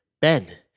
Ben